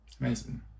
Amazing